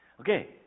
Okay